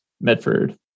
Medford